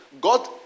God